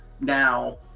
Now